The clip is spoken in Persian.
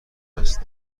است